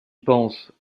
pense